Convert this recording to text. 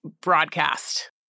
broadcast